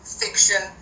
fiction